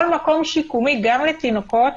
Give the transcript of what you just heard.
כל מקום שיקומי, גם לתינוקות